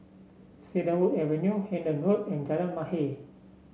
Cedarwood Avenue Hendon Road and Jalan Mahir